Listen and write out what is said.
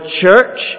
church